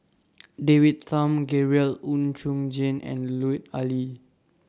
David Tham Gabriel Oon Chong Jin and Lut Ali